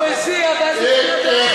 הוא לא קרא קריאות ביניים כשאתה דיברת.